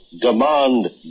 demand